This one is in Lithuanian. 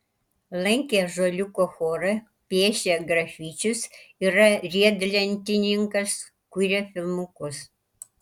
lankė ąžuoliuko chorą piešia grafičius yra riedlentininkas kuria filmukus